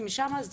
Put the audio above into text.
ומשם באה המנהלת,